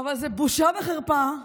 אבל זה בושה וחרפה,